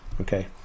Okay